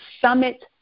summit